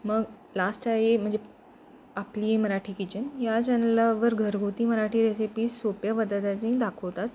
मग लास्ट आहे म्हणजे आपली मराठी किचन या चॅनलावर घरगुती मराठी रेसिपीज सोप्या दाखवतात